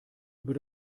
über